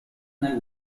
nel